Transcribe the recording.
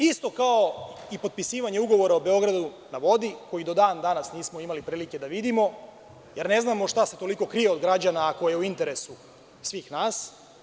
Isto kao i potpisivanje ugovora o „Beogradu na vodi“, koji do dan danas nismo imali prilike da vidimo, jer ne znamo šta se toliko krije od građana ako je u interesu svih nas.